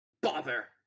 Bother